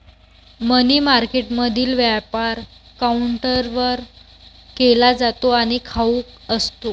मनी मार्केटमधील व्यापार काउंटरवर केला जातो आणि घाऊक असतो